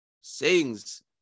sayings